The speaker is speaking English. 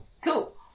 cool